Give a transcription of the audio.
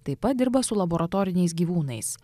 taip pat dirba su laboratoriniais gyvūnais